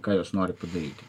ką jos nori padaryti